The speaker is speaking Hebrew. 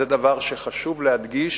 זה דבר שחשוב להדגיש